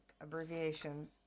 abbreviations